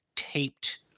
taped